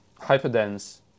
hyperdense